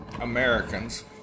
Americans